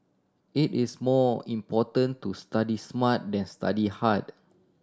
it is more important to study smart than study hard